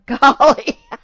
golly